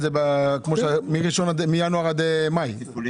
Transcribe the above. מינואר עד מאי.